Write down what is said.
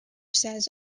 says